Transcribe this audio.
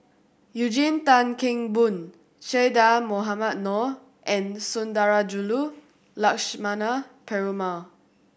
Eugene Tan Kheng Boon Che Dah Mohamed Noor and Sundarajulu Lakshmana Perumal